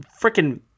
freaking